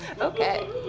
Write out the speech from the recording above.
Okay